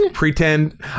pretend